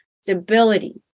stability